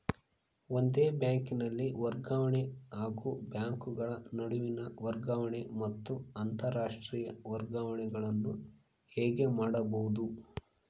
ಒಂದೇ ಬ್ಯಾಂಕಿನಲ್ಲಿ ವರ್ಗಾವಣೆ ಹಾಗೂ ಬ್ಯಾಂಕುಗಳ ನಡುವಿನ ವರ್ಗಾವಣೆ ಮತ್ತು ಅಂತರಾಷ್ಟೇಯ ವರ್ಗಾವಣೆಗಳು ಹೇಗೆ ಮಾಡುವುದು?